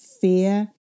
fear